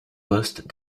postes